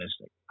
mystic